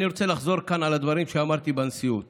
אני רוצה לחזור כאן על הדברים שאמרתי בנשיאות